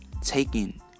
taking